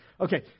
Okay